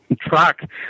track